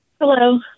hello